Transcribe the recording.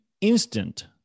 instant